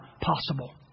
possible